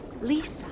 Lisa